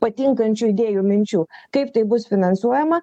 patinkančių idėjų minčių kaip tai bus finansuojama